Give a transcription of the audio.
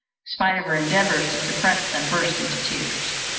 spite of her endeavours to suppress them, burst into tears.